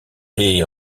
est